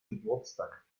geburtstag